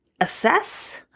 assess